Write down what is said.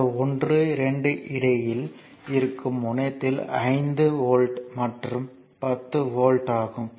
இந்த 12 இடையில் இருக்கும் முனையத்தில் 5 வோல்ட் மற்றும் 10 வோல்ட் ஆகும்